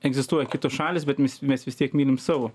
egzistuoja kitos šalys bet mes vis tiek mylim savo